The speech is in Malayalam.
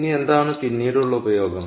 ഇനി എന്താണ് പിന്നീടുള്ള ഉപയോഗം